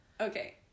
Okay